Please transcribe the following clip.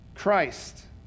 Christ